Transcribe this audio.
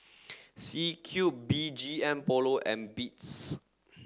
C Cube B G M Polo and Beats